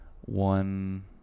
one